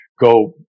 go